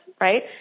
right